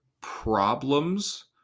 problems